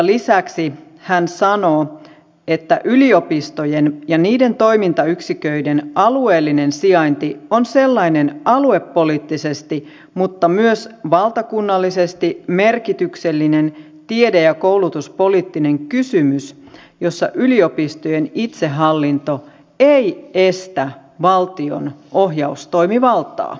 lisäksi hän sanoo että yliopistojen ja niiden toimintayksiköiden alueellinen sijainti on sellainen aluepoliittisesti mutta myös valtakunnallisesti merkityksellinen tiede ja koulutuspoliittinen kysymys jossa yliopistojen itsehallinto ei estä valtion ohjaustoimivaltaa